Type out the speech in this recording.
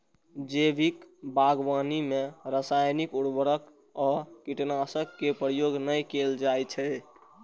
जैविक बागवानी मे रासायनिक उर्वरक आ कीटनाशक के प्रयोग नै कैल जाइ छै